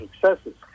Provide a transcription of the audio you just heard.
successes